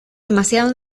demasiado